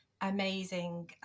amazing